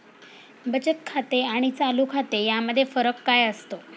बचत खाते आणि चालू खाते यामध्ये फरक काय असतो?